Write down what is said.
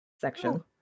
section